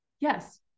Yes